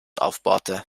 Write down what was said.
aufbohrte